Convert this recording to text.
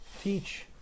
teach